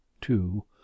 two